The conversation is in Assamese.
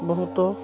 বহুতো